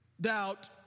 Doubt